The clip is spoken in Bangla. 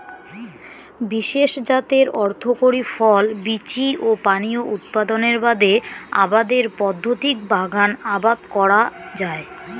বিশেষ জাতের অর্থকরী ফল, বীচি ও পানীয় উৎপাদনের বাদে আবাদের পদ্ধতিক বাগান আবাদ কওয়া যায়